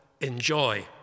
enjoy